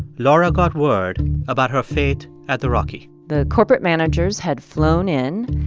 laura got word about her fate at the rocky the corporate managers had flown in.